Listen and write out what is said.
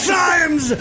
times